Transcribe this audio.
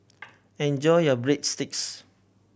enjoy your Breadsticks